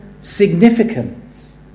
significance